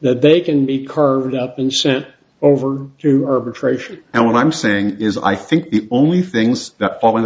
that they can be curved up and sent over to arbitration and what i'm saying is i think the only things that fall into